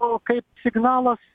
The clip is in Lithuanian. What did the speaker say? o kaip signalas